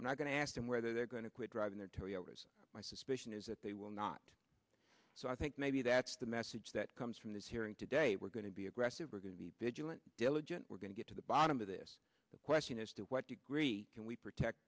i'm not going to ask them whether they're going to quit driving their toyota's my suspicion is that they will not so i think maybe that's the message that comes from this hearing today we're going to be aggressive we're going to be vigilant diligent we're going to get to the bottom of this the question is to what degree can we protect